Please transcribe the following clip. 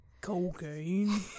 Cocaine